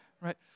Right